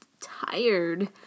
tired